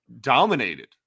dominated